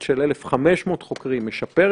הורדתם ארבעה ימים של אנשים שאם היינו ממשיכים